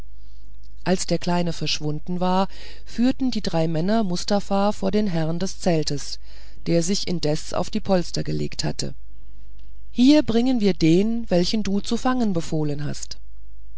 als der kleine verschwunden war führten die drei männer mustafa vor den herrn des zeltes der sich indes auf die polster gelegt hatte hier bringen wir den welchen du uns zu fangen befohlen hast